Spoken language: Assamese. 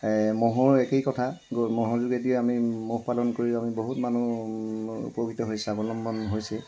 ম'হৰ একেই কথা গ ম'হৰ যোগেদি আমি ম'হ পালন কৰি আমি বহুত মানুহ উপকৃত হৈ স্বাৱলম্বন হৈছে